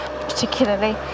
particularly